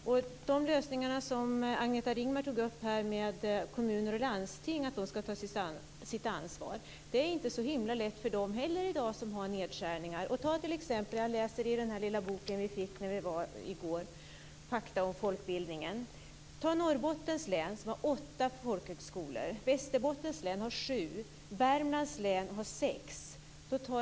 När det gäller de lösningar som Agneta Ringman här tog upp - att kommuner och landsting skall ta sitt ansvar - vill jag säga att det inte är så himla lätt för dem heller i dag när det är nedskärningar. I går fick vi en liten bok, Fakta om folkbildningen. I Norrbottens län finns det åtta folkhögskolor. I Västerbottens län finns det sju och i Värmlands län sex.